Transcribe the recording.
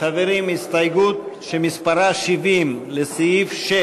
קבוצת סיעת מרצ וקבוצת סיעת הרשימה המשותפת לסעיף 6